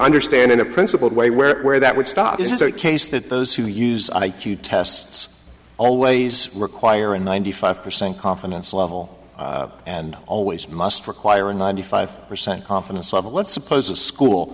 understand in a principled way where where that would stop is the case that those who use i q tests always require a ninety five percent confidence level and always must require a ninety five percent confidence level let's suppose a school